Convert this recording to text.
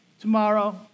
tomorrow